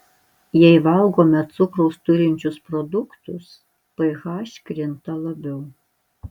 jei valgome cukraus turinčius produktus ph krinta labiau